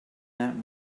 that